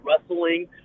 wrestling